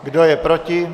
Kdo je proti?